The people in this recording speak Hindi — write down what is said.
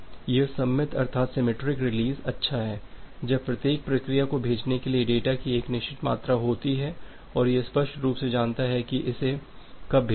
अब यह सममित अर्थात सिमेट्रिक रिलीज अच्छा है जब प्रत्येक प्रक्रिया को भेजने के लिए डेटा की एक निश्चित मात्रा होती है और यह स्पष्ट रूप से जानता है कि इसे कब भेजा गया है